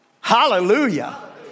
Hallelujah